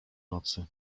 nocy